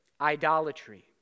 idolatry